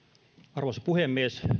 arvoisa puhemies